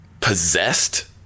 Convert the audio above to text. possessed